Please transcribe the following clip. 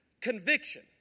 conviction